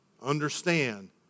Understand